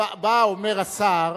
בא ואומר השר,